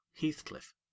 Heathcliff